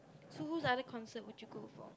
so whose other concert would you go for